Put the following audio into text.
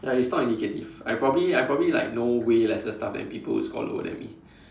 ya it's not indicative I probably I probably like know way lesser stuff than people who score lower than me